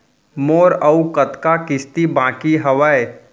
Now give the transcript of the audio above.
मोर अऊ कतका किसती बाकी हवय?